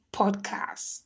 podcast